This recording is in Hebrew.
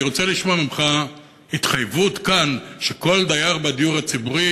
אני רוצה לשמוע ממך התחייבות כאן שכל דייר בדיור הציבורי